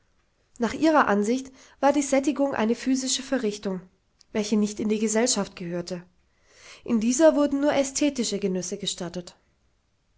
nach ihrer ansicht war die sättigung eine physische verrichtung welche nicht in die gesellschaft gehörte in dieser wurden nur ästhetische genüsse gestattet